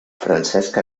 francesc